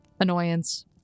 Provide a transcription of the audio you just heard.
annoyance